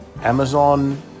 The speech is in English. amazon